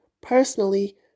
personally